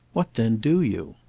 what then do you?